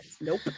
nope